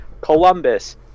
columbus